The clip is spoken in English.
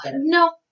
No